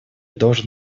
должен